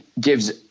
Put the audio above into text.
gives